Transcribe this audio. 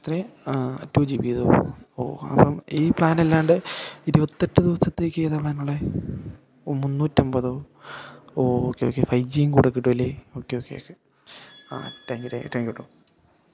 എത്രയാണ് ടു ജിബിയോ ഓ അപ്പം ഈ പ്ലാൻ അല്ലാതെ ഇരുപത്തി എട്ട് ദിവസത്തേക്ക് ഏതാണ് പ്ലാൻ ഉള്ളത് ഒ മുന്നൂറ്റി അമ്പതോ ഓ ഓക്കെ ഓക്കെ ഫൈവ് ജിയും കൂടെ കിട്ടുമല്ലേ ഓക്കെ ഓക്കെ ഓക്കെ ആ thank you thank you thank you കേട്ടോ